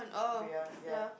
ya ya